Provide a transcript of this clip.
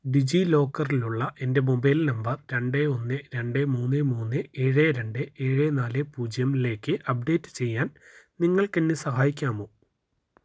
ഡിജി ലോക്കറിലുള്ള എൻ്റെ mobile number രണ്ട് ഒന്ന് രണ്ട് മൂന്ന് മൂന്ന് എഴ് രണ്ട് ഏഴ് നാല് പൂജ്യം ലേക്ക് അപ്ഡേറ്റ് ചെയ്യാൻ നിങ്ങൾക്കെന്നെ സഹായിക്കാമോ